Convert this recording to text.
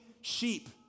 sheep